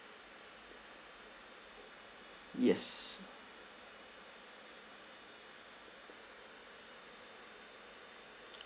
yes